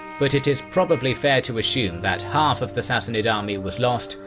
but it is probably fair to assume that half of the sassanid army was lost,